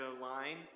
line